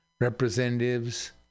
representatives